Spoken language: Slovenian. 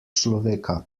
človeka